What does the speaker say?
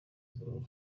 imvururu